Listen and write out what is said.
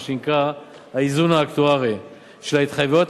מה שנקרא האיזון האקטוארי של ההתחייבויות